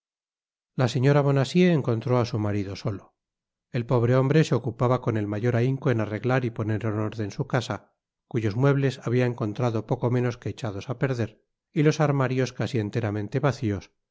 la señora bonacieux encontró á su marido solo el pobre hombre se ocupaba con el mayor ahinco en arreglar y poner en órden su casa cuyos muebles habia encontrado poco menos que echados á perder y los armarios casi enteramente vacios